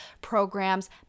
programs